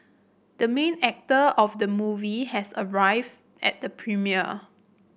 the main actor of the movie has arrived at the premiere